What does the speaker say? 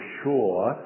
sure